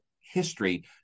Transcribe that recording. history